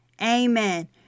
Amen